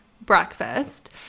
breakfast